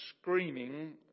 screaming